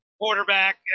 quarterback